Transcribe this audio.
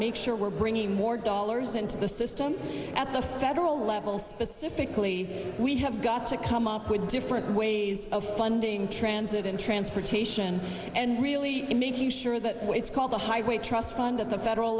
make sure we're bringing more dollars into the system at the federal level specifically we have got to come up with different ways of funding transit and transportation and really making sure that it's called the highway trust fund at the federal